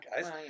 guys